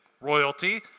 royalty